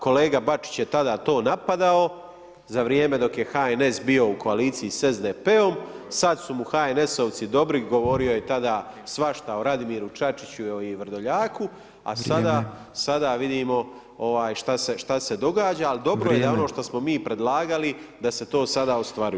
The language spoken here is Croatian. Kolega Bačić je tada to napadao, za vrijeme dok je HNS bio u koaliciji s SDP-om, sada su mu HNS-ovci dobri, govorio je tada svašta o Radimiru Čačiću i Vrdoljaku, a sada vidimo šta se događa [[Upadica: Vrijeme.]] Ali dobro je da ono što smo mi predlagali da se to sada ostvaruje.